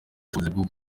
ubushobozi